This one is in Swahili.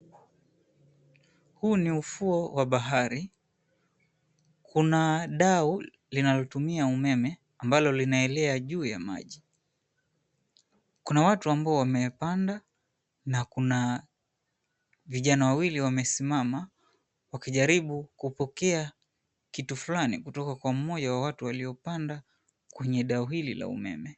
Huu ni ufuo wa bahari. Kuna dau linalotumia umeme ambalo linaelea juu ya maji. Kuna watu ambao wamepanda, na kuna vijana wawili wamesimama, wakijaribu kupokea kitu fulani kutoka kwa mmoja wa watu waliopanda kwenye dau hili la umeme.